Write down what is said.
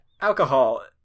alcohol